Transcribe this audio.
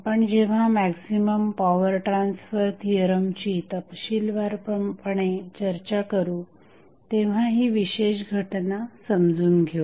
आपण जेव्हा maximum power transfer थिअरमची तपशीलवारपणे चर्चा करू तेव्हा ही विशेष घटना समजून घेऊ